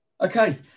Okay